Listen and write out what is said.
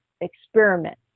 experiment